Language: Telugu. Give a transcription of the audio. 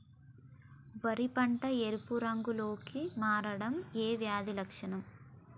వరి పంట ఎరుపు రంగు లో కి మారడం ఏ వ్యాధి లక్షణం?